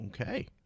okay